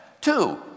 Two